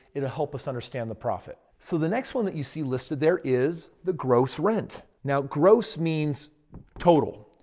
it'll help us understand the profit. so the next one that you see listed there is the gross rent. now gross means total.